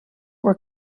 were